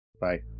bye